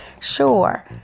Sure